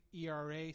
ERA